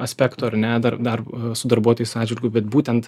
aspekto ar ne dar dar su darbuotojais atžvilgiu bet būtent